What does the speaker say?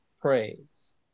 praise